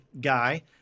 guy